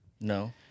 No